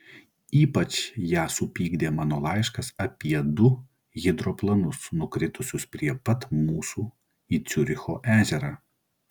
ypač ją supykdė mano laiškas apie du hidroplanus nukritusius prie pat mūsų į ciuricho ežerą